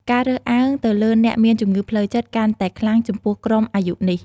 ការរើសអើងទៅលើអ្នកមានជំងឺផ្លូវចិត្តកាន់តែខ្លាំងចំពោះក្រុមអាយុនេះ។